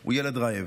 הוא ילד רעב.